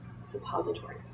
suppository